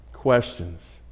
questions